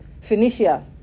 Phoenicia